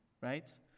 right